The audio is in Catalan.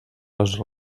les